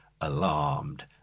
alarmed